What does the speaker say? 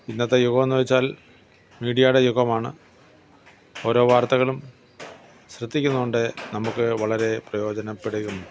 ഇന്നത്തെ യൂഗമെന്ന് വച്ചാൽ മീഡിയയുടെ യുഗമാണ് ഓരോ വാർത്തകളും ശ്രദ്ധിക്കുന്നുണ്ട് നമുക്ക് വളരെ പ്രയോജനപ്പെടും